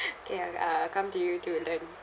K uh I come to you to learn